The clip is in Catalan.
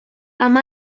amb